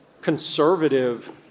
conservative